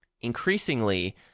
increasingly